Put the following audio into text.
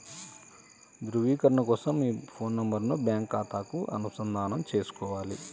ధ్రువీకరణ కోసం మీ ఫోన్ నెంబరును బ్యాంకు ఖాతాకు అనుసంధానం చేసుకోవాలి